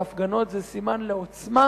והפגנות זה סימן לעוצמה